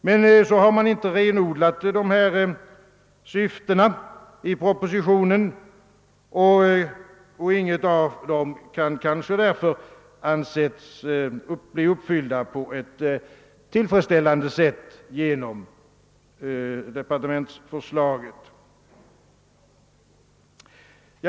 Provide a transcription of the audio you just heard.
Men så har man i propositionen inte renodlat dessa syften, och inte något av dem kan därför anses uppfyllt på ett tillfredsställande sätt genom departementsförslaget.